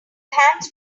hands